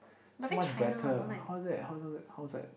so much better how is that how is all that how is that